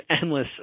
endless